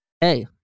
Hey